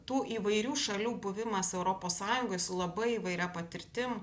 tų įvairių šalių buvimas europos sąjungoj su labai įvairia patirtim